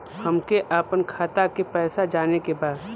हमके आपन खाता के पैसा जाने के बा